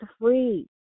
free